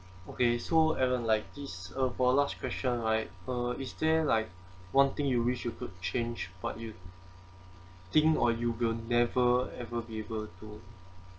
okay so evan like this uh for last question right uh is there like one thing you wish you could change but you think or you will never ever be able to